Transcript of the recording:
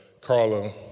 carla